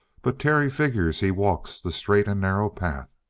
but terry figures he walks the straight and narrow path.